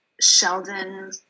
Sheldon